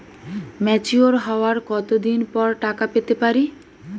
Mature হওয়ার কত দিন পর টাকা পেতে পারি?